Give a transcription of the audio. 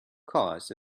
cars